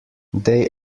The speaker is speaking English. they